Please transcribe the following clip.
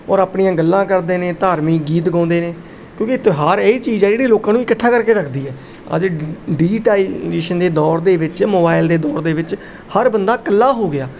ਔਰ ਆਪਣੀਆਂ ਗੱਲਾਂ ਕਰਦੇ ਨੇ ਧਾਰਮਿਕ ਗੀਤ ਗਾਉਂਦੇ ਨੇ ਕਿਉਂਕਿ ਤਿਉਹਾਰ ਇਹ ਚੀਜ਼ ਆ ਜਿਹੜੀ ਲੋਕਾਂ ਨੂੰ ਇਕੱਠਾ ਕਰਕੇ ਰੱਖਦੀ ਹੈ ਅਸੀਂ ਡਿਜੀਟਾਈਜੇਸ਼ਨ ਦੇ ਦੌਰ ਦੇ ਵਿੱਚ ਮੋਬਾਈਲ ਦੇ ਦੌਰ ਦੇ ਵਿੱਚ ਹਰ ਬੰਦਾ ਇਕੱਲਾ ਹੋ ਗਿਆ